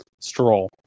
Stroll